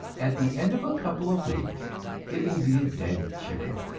at the end of a couple of weeks it will be a dead chicken.